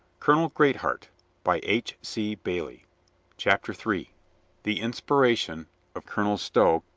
colonel greatheart by h. c. bailey chapter three the inspiration of colonel stow